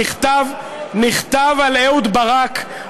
נכתב על אהוד ברק,